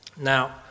Now